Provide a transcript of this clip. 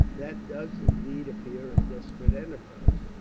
that does indeed appear a desperate enterprise,